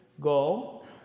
Go